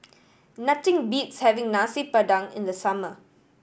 nothing beats having Nasi Padang in the summer